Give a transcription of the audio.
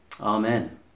Amen